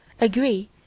agree